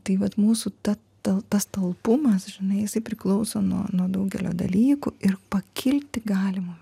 tai vat mūsų ta ta tas talpumas žinai jisai priklauso nuo nuo daugelio dalykų ir pakilti galima